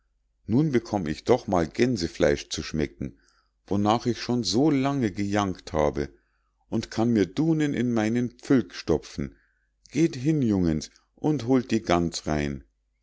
nun bekomm ich doch mal gänsefleisch zu schmecken wonach ich schon so lange gejankt habe und kann mir dunen in meinen pfülk stopfen geht hin jungens und holt die gans rein